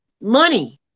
Money